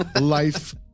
life